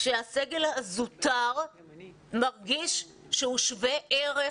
כשהסגל הזוטר מרגיש שהוא שווה ערך